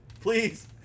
Please